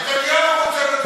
גם נתניהו רוצה בטובתך.